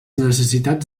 necessitats